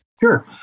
Sure